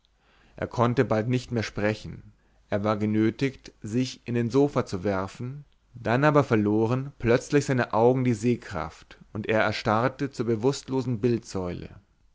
er konnte bald nicht mehr sprechen er war genötigt sich in den sofa zu werfen dann aber verloren plötzlich seine augen die sehkraft und er erstarrte zur bewußtlosen